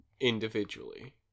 Individually